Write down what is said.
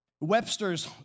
Webster's